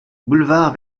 boulevard